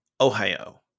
Ohio